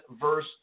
verse